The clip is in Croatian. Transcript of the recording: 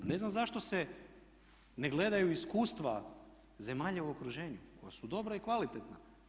Ne znam zašto se ne gledaju iskustva zemalja u okruženju koja su dobra i kvalitetna.